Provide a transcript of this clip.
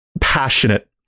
passionate